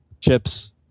chips